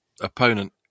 opponent